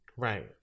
Right